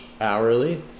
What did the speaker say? hourly